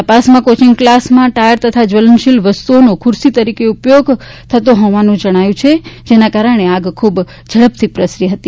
તપાસમાં કોચિંગકલાસમાં ટાયર તથા જવલનશીલ વસ્તુઓનો ખુરશી તરીકે ઉપયોગ હોવાનું જણાવ્યું છે જેના કારણે આગ ખુબ ઝડપથી પ્રસરી હતી